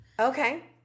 Okay